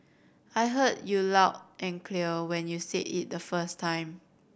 I heard you loud and clear when you said it the first time